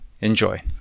enjoy